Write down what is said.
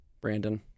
Brandon